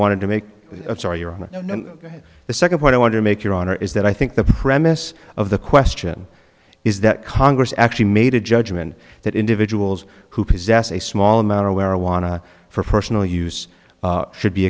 wanted to make sorry your honor the second point i want to make your honor is that i think the premise of the question is that congress actually made a judgment that individuals who possess a small amount of marijuana for personal use should be